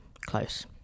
close